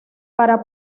para